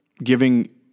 giving